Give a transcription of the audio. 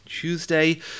Tuesday